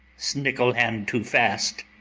snicle hand too fast,